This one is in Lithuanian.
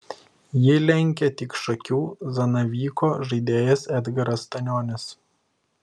jį lenkia tik šakių zanavyko žaidėjas edgaras stanionis